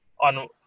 on